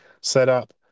setup